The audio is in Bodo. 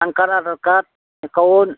PAN card Aadhaar card account